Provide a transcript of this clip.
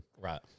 right